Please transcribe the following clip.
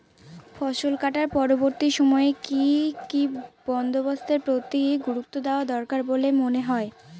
ফসলকাটার পরবর্তী সময়ে কি কি বন্দোবস্তের প্রতি গুরুত্ব দেওয়া দরকার বলে মনে হয়?